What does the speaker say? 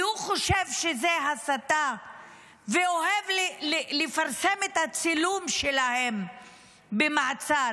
כי הוא חושב שזה הסתה ואוהב לפרסם את הצילום שלהם במעצר,